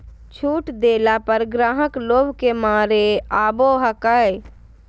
छुट देला पर ग्राहक लोभ के मारे आवो हकाई